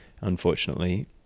unfortunately